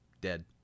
dead